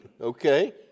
okay